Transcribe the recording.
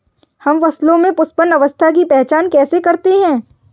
हम फसलों में पुष्पन अवस्था की पहचान कैसे करते हैं?